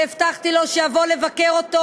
והבטחתי לו שאבוא לבקר אותו.